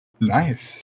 nice